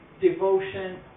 devotion